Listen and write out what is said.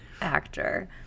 actor